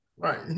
Right